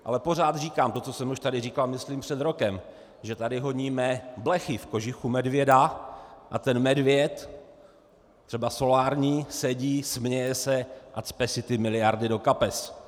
Ale pořád říkám to, co jsem tady říkal myslím už před rokem, že tady honíme blechy v kožichu medvěda a ten medvěd, třeba solární, sedí, směje se a cpe si ty miliardy do kapes.